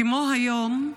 כמו היום,